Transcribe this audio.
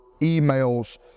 emails